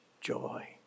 joy